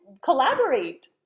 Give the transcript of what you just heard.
collaborate